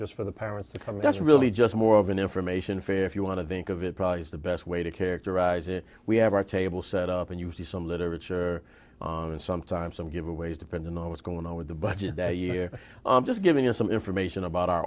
just for the parents to come that's really just more of an information fair if you want to think of it probably is the best way to characterize it we have our table set up and you see some literature and sometimes some giveaways depending on what's going on with the budget that you're just giving us some information about our